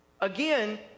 again